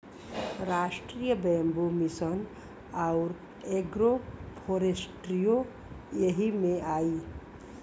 राष्ट्रीय bamboo mission आउर agro फ़ोरेस्ट्रीओ यही में आई